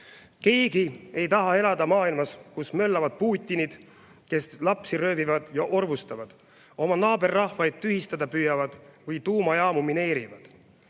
Keegi ei taha elada maailmas, kus möllavad Putinid, kes lapsi röövivad ja orvustavad, oma naaberrahvaid tühistada püüavad või tuumajaamu mineerivad.